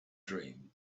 dream